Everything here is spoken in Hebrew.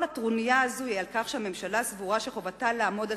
כל הטרוניה הזאת היא על כך שהממשלה סבורה שחובתה לעמוד על